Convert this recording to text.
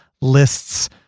lists